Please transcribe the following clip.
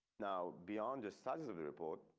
now beyond the size of the report.